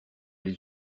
les